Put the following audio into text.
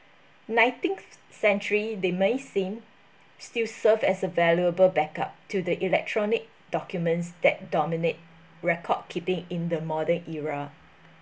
nineteenth century they may seem still serve as a valuable backup to the electronic documents that dominate record keeping in the modern era